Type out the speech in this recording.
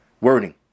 wording